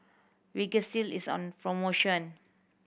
Vagisil is on promotion